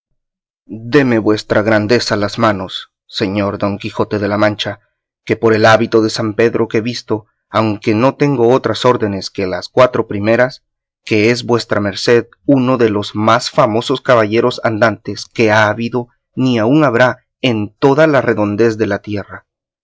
déme vuestra grandeza las manos señor don quijote de la mancha que por el hábito de san pedro que visto aunque no tengo otras órdenes que las cuatro primeras que es vuestra merced uno de los más famosos caballeros andantes que ha habido ni aun habrá en toda la redondez de la tierra